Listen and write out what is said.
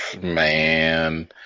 Man